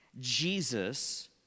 Jesus